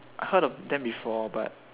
I heard of them before but